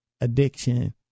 addiction